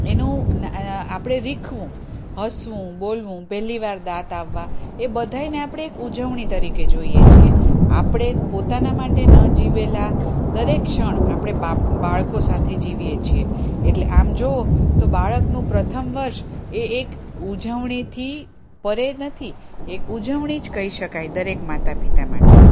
એનું આપણે રીખવું હસવું બોલવું પહેલી વાર દાંત આવવા એ બધાયને આપણે એક ઉજવણી તરીકે જોઈએ છીએ આપણે પોતાના માટે ન જીવેલા દરેક ક્ષણ આપણે બા બાળકો સાથે જીવીએ છીએ એટલે આમ જુઓ તો બાળકનું પ્રથમ વર્ષ એ એક ઉજવણીથી પરે નથી એક ઉજવણી જ કહી શકાય દરેક માતા પિતા માટે